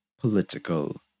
political